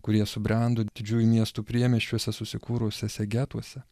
kurie subrendo didžiųjų miestų priemiesčiuose susikūrusiose getuose